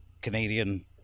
Canadian